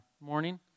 morning